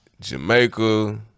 Jamaica